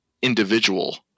individual